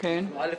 א',